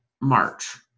March